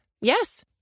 Yes